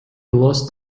lost